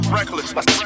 reckless